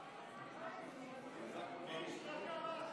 חזק וברוך.